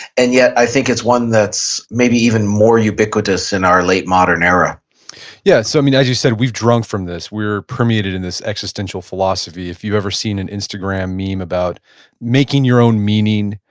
and yet i think it's one that's maybe even more ubiquitous in our late modern era yeah. so as you said, we've drunk from this. we're permeated in this existential philosophy. if you've ever seen an instagram meme about making your own meaning,